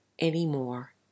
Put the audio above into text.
anymore